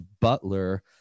Butler